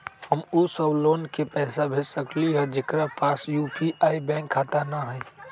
हम उ सब लोग के पैसा भेज सकली ह जेकरा पास यू.पी.आई बैंक खाता न हई?